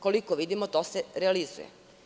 Koliko vidimo, to se realizuje.